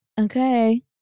Okay